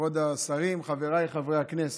כבוד השרים, חבריי חברי הכנסת,